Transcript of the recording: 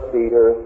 Peter